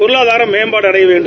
பொருளாதார மேம்பாடு அடைய வேண்டும்